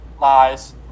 Lies